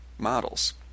models